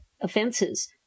offenses